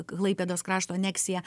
klaipėdos krašto aneksiją